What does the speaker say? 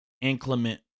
inclement